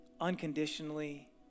unconditionally